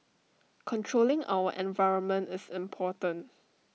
controlling our environment is important